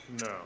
no